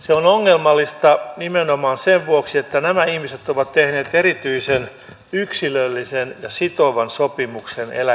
se on ongelmallista nimenomaan sen vuoksi että nämä ihmiset ovat tehneet erityisen yksilöllisen ja sitovan sopimuksen eläkeiästään